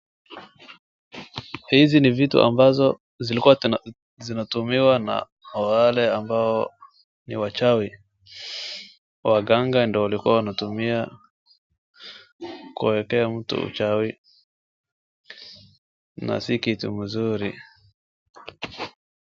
Hizi ni vitu ambazo zilikuwa zinatumiwa na wale ambao ni wachawi. Waganga ndio walikuwa wanatumia kuwekea mtu uchawi na si kitu mzuri.